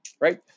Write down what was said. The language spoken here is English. right